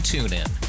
TuneIn